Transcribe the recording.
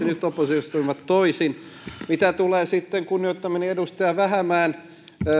nyt oppositiossa toimivat toisin mitä tulee sitten kunnioittamani edustaja vähämäen